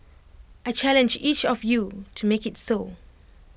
I challenge each of you to make IT so